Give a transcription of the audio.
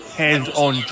hands-on